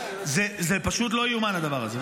זה פשוט לא ייאמן הדבר הזה.